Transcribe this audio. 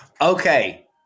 Okay